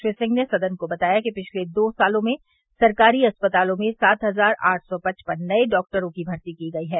श्री सिंह ने सदन को बताया कि पिछले दो सालों में सरकारी अस्पतालों में सात हजार आठ सौ पचपन नये डॉक्टरों की भर्ती की गई है